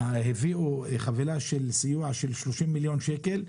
הביאו חבילת סיוע של 30 מיליון שקל,